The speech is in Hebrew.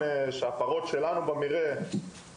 הפרות שלנו נמצאות שם במרעה,